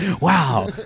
Wow